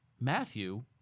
Matthew